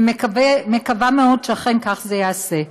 ומקווה מאוד שאכן כך זה ייעשה.